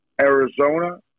Arizona